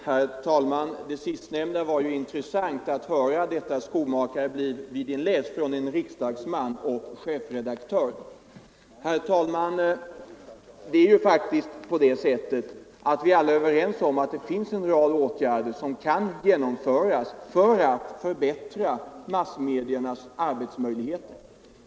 Herr talman! Det sistnämnda — ”Skomakare, bliv vid din läst!” — var mycket intressant att höra från en chefredaktör som samtidigt verkar som riksdagsman. Vi är alla överens om att det finns en rad åtgärder som bör genomföras för att förbättra massmediernas arbetsmöjligheter.